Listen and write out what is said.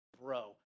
bro